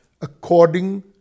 according